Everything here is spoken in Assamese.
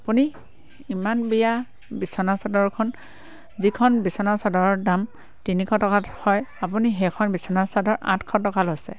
আপুনি ইমান বেয়া বিচনাচাদৰখন যিখন বিছনাচাদৰৰ দাম তিনিশ টকাত হয় আপুনি সেইখন বিছনাচাদৰ আঠশ টকা লৈছে